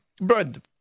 Bread